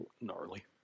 gnarly